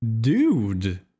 Dude